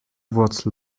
wurzel